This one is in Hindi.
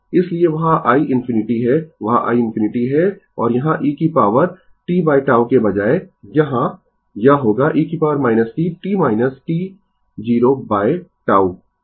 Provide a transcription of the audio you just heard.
इसलिए वहाँ iinfinity है वहाँ iinfinity है और यहाँ e की पॉवर tτ के बजाय यहाँ यह होगा e t t t 0τ